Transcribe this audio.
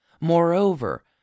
Moreover